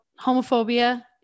homophobia